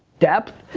depth,